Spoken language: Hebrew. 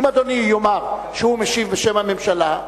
אם אדוני יאמר שהוא משיב בשם הממשלה,